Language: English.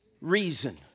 reason